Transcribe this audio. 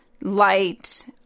light